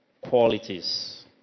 qualities